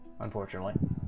Unfortunately